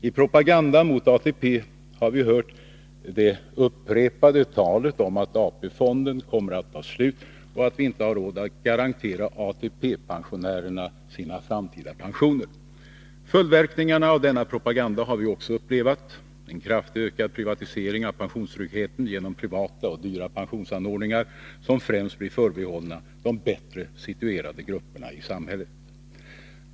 I propagandan mot ATP har vi hört det upprepade talet om att AP-fonden kommer att ta slut och att vi inte har råd att garantera ATP-pensionärerna deras framtida pensioner. Följdverkningarna av denna propaganda har vi också upplevat — en kraftigt ökad privatisering av pensionstryggheten genom privata och dyra pensionsanordningar, som främst blir förbehållna de bättre situerade grupperna i samhället.